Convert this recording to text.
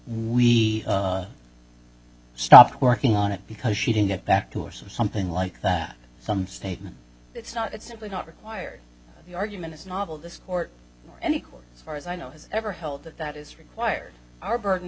we stopped working on it because she didn't get back to us and something like that some statement it's not it's simply not required the argument is novel this or any court as far as i know has ever held that that is required our burden